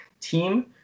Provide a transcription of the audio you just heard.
Team